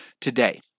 today